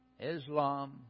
Islam